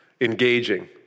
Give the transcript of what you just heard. engaging